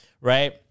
Right